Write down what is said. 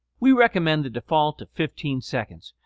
we recommend the default of fifteen seconds,